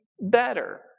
better